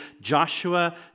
Joshua